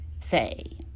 Say